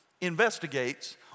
investigates